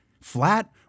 flat